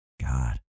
God